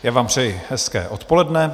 Já vám přeji hezké odpoledne.